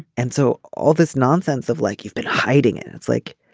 and so all this nonsense of like you've been hiding it. it's like